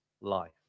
life